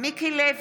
מיקי לוי,